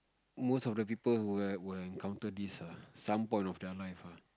most of the people will will encounter this ah some point of their life ah